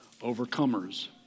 overcomers